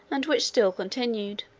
and which still continued